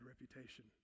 reputation